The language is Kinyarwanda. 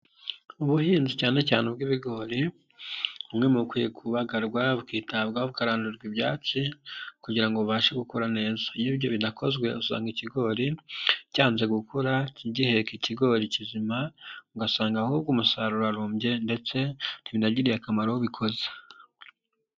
Ubuhinzi cyane cyane ubw'ibigori bumwe mu bukwiye kubagarwa, bukitabwaho bukarandurwa ibyatsi, kugira ngo bubashe gukura neza. Iyo ibyo bidakozwe usanga ikigori byanze gukora ntigiheke ikigori kizima, ugasanga ahubwo umusaruro urarumbye ndetse ntibinagiriye akamaro ubikoze.